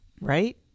right